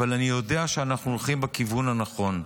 אבל אני יודע שאנחנו הולכים בכיוון הנכון.